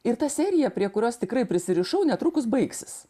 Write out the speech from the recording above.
ir ta serija prie kurios tikrai prisirišau netrukus baigsis